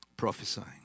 prophesying